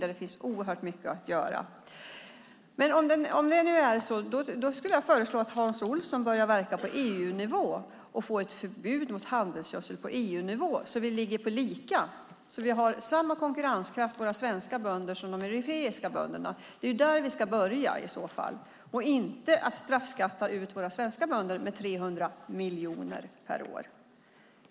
Där finns oerhört mycket att göra. Men om det nu är så som Hans Olsson säger skulle jag föreslå att han börjar verka på EU-nivå så att vi på EU-nivå får ett förbud mot handelsgödsel. Då skulle vi ligga på samma nivå och våra svenska bönder ha samma konkurrenskraft som de europeiska bönderna. Det är där vi i så fall ska börja, inte straffskatta våra svenska bönder med 300 miljoner per år.